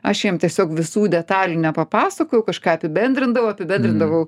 aš jiem tiesiog visų detalių nepapasakojau kažką apibendrindavau apibendrindavau